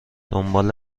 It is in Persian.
دنبال